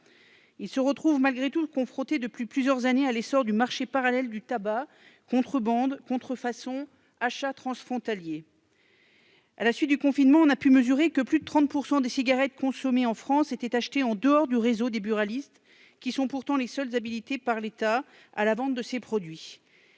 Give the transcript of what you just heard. Ils se retrouvent, malgré tout, confrontés depuis plusieurs années à l'essor du marché parallèle du tabac- contrebande, contrefaçon, achats transfrontaliers. À la suite du confinement, on a pu mesurer que plus de 30 % des cigarettes consommées en France étaient achetées en dehors du réseau des buralistes, lesquels sont pourtant les seuls habilités par l'État à vendre ces produits.